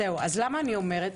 אז מה אני אומרת?